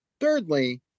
thirdly